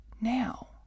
now